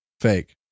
Fake